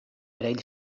erail